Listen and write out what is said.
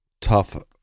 tough